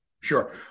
sure